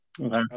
okay